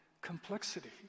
complexity